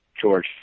George